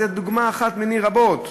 זו דוגמה אחת מני רבות.